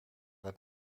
het